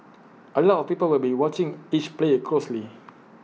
A lot of people will be watching each player closely